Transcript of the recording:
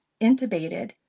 intubated